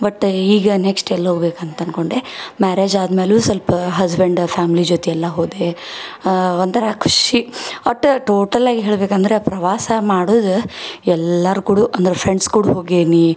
but ಈಗ next ಎಲ್ಲೋಗ್ಬೇಕು ಅಂತ ಅನ್ಕೊಂಡೆ ಮ್ಯಾರೇಜ್ ಆದಮೇಲು ಸ್ವಲ್ಪಾ ಹಸ್ಬೆಂಡ್ ಫ್ಯಾಮ್ಲಿ ಜೊತೆ ಎಲ್ಲ ಹೋದೇ ಒಂಥರ ಖುಷಿ ಒಟ್ಟು ಟೋಟಲ್ ಆಗಿ ಹೇಳಬೇಕಂದ್ರೆ ಪ್ರವಾಸ ಮಾಡೋದು ಎಲ್ಲಾರ ಕೂಡ ಅಂದ್ರೆ ಫ್ರೆಂಡ್ಸ್ ಕೂಡ ಹೋಗೇನಿ